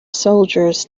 soldiers